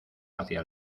hacia